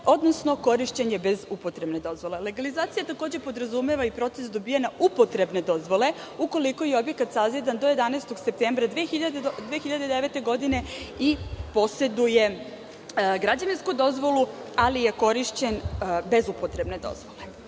odnosno korišćen je bez upotrebne dozvole. Legalizacija takođe podrazumeva i proces dobijanja upotrebne dozvole, ukoliko je objekat sazidan do 11. septembra 2009. godine i poseduje građevinsku dozvolu, ali je korišćen bez upotrebne dozvole. Ono